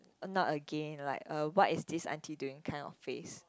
not again like uh why is this auntie doing kind of face